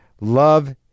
Love